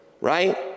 right